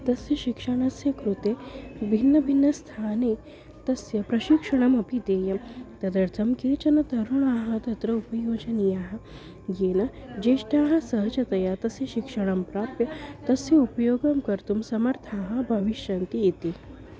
तस्य शिक्षणस्य कृते भिन्नभिन्नस्थाने तस्य प्रशिक्षणमपि देयं तदर्थं केचन तरुणाः तत्र उपयोजनीयाः येन ज्येष्ठाः सहजतया तस्य शिक्षणं प्राप्य तस्य उपयोगं कर्तुं समर्थाः भविष्यन्ति इति